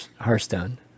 hearthstone